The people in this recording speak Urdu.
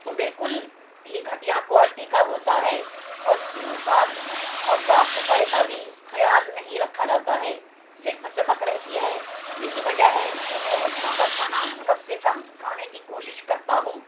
وہ بالکل ہی گھٹیا کوالٹی کا ہوتا ہے اور ساگ اور صاف صفائی کا بھی خیال نہیں رکھا جاتا ہے صرف چمک رہتی ہے یہی وجہ ہے کہ میں ہوٹلوں کا کھانا کم سے کم کھانے کی کوشش کرتا ہوں